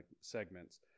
segments